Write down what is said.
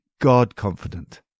God-Confident